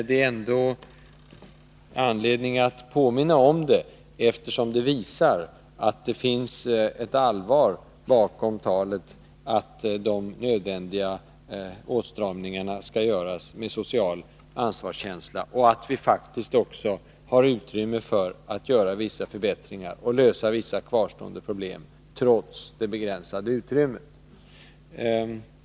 Det är ändå anledning av påminna om det, eftersom det visar att det finns ett allvar bakom talet att de nödvändiga åtstramningarna skall göras med social ansvarskänsla och att vi faktiskt också har kunnat göra vissa förbättringar och lösa vissa kvarstående problem, trots det begränsade utrymmet.